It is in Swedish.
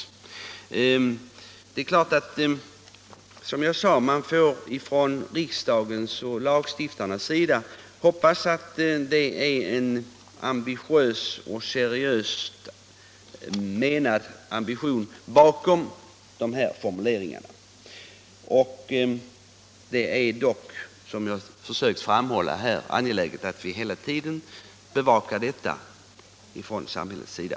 (ören ROD Det är klart att man från riksdagens och lagstiftarnas sida hoppas, Livsmedelskontroll, som jag sade, att det är en seriös ambition bakom dessa formuleringar. — m.m. | Det är dock, som jag här har försökt framhålla, angeläget att hela tiden bevaka denna fråga från samhällets sida.